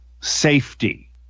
safety